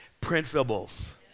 principles